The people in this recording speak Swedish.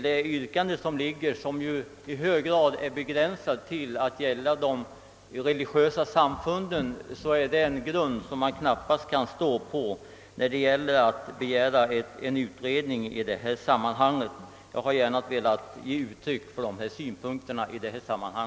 Det yrkande som ställts, som ju är begränsat till att gälla de religiösa samfunden, är emellertid en grund som man knappast kan stå på när man vill begära en utredning av frågan.